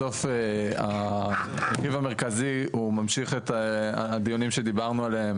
בסוף המוטיב המרכזי הוא ממשיך את הדיונים שדיברנו עליהם